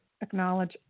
acknowledge